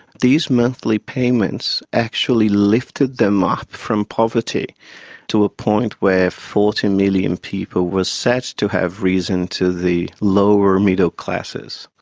these monthly payments actually lifted them up from poverty to a point where forty million people were said to have risen to the lower middle classes.